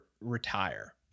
retire